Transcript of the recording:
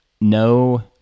no